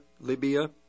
Libya